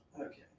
Okay